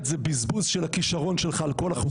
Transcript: זה בזבוז של הכישרון שלך עם כל החוקים האלה.